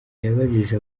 yabajije